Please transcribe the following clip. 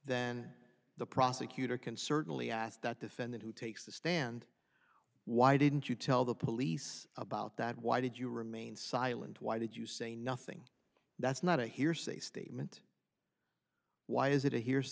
then the prosecutor can certainly ask that defendant who takes the stand why didn't you tell the police about that why did you remain silent why did you say nothing that's not a hearsay statement why is it a he